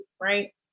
right